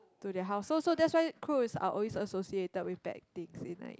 to their house so so that's why crow is are always associated with bad things in like